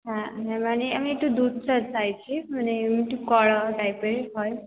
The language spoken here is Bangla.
হ্যাঁ হ্যাঁ মানে আমি একটু দুধ চা চাইছি মানে একটু কড়া টাইপের হয়